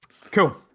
cool